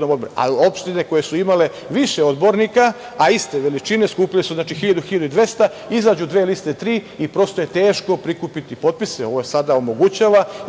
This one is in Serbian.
odborniku. Opštine koje su imale više odbornika, a iste veličine skupili su 1000,1200, izađu dve, tri liste. Prosto je teško prikupiti potpise. Ovo sada omogućava i dozvoljava